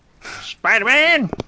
Spider-Man